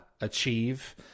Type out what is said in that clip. achieve